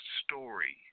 story